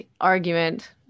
argument